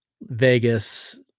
vegas